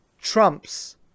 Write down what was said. trumps